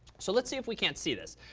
so let's see if we can't see this.